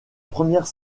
première